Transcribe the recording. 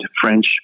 French